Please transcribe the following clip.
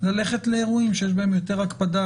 ללכת לאירועים שיש בהם יותר הקפדה,